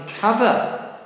cover